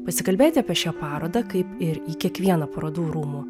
pasikalbėti apie šią parodą kaip ir į kiekvieną parodų rūmų